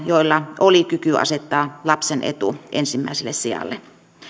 joilla oli kyky asettaa lapsen etu ensimmäiselle sijalle